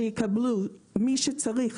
שיקבלו מי שצריך,